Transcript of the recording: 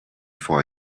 for